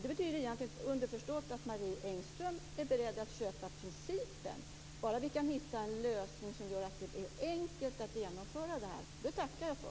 Det betyder underförstått att Marie Engström är beredd att köpa principen, bara det går att hitta en lösning som gör att det blir enkelt att genomföra detta. Det tackar jag för.